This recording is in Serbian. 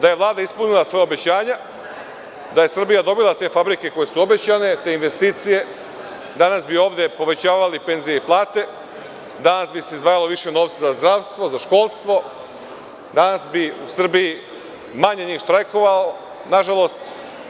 Da je Vlada ispunila svoja obećanja, da je Srbija dobila te fabrike koje su obećane, te investicije, danas bi ovde povećavali penzije i plate, danas bi se izdvajalo više novca za zdravstvo, za školstvo, danas bi u Srbiji manje njih štrajkovalo.